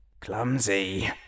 Clumsy